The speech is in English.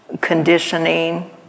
conditioning